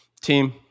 team